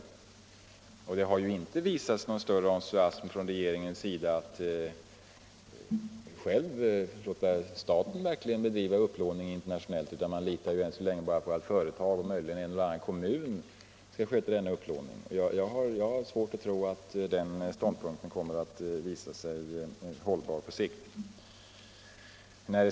Regeringen har inte visat någon större entusiasm för att låta staten bedriva upplåning internationellt, utan regeringen litar än så länge bara på att företagen och möjligen en eller annan kommun skall sköta denna upplåning. Jag har svårt att tro att den ståndpunkten kommer att visa sig hållbar på sikt.